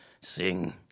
sing